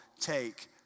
take